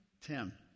tim